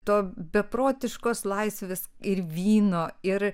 to beprotiškos laisvės ir vyno ir